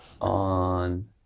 On